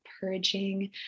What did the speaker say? purging